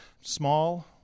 small